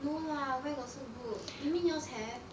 no lah where got so good you mean yours have